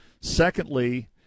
secondly